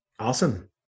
awesome